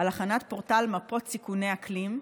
על הכנת פורטל מפות סיכוני אקלים,